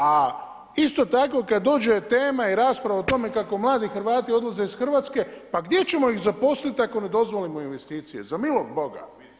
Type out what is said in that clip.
A isto tako kada dođe tema i rasprava o tome kako mladi Hrvati odlaze iz Hrvatske, pa gdje ćemo ih zaposliti ako ne dozvolimo investicije za milog Boga?